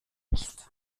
recht